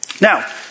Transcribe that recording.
Now